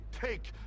take